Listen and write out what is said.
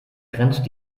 grenzt